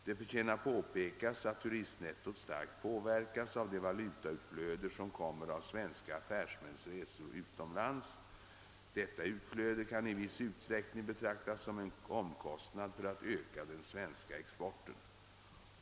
Det förtjänar påpekas att turistnettot starkt påverkas av det valutautflöde som kommer av svenska affärsmäns resor utomlands. Detta utflöde kän i viss utsträckning betraktas såsom en omkostnad för att öka den svenska exporten.